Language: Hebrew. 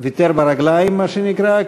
ויתר ברגליים, מה שנקרא.